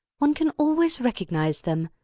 one can always recognise them.